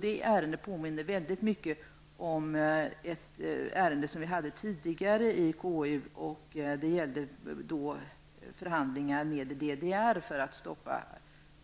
Det ärendet påminner mycket om ett ärende som vi har haft tidigare i konstitutionsutskottet, som gällde förhandlingar med DDR för att hindra